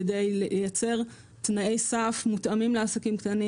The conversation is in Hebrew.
כדי לייצר תנאי סף מותאמים לעסקים קטנים.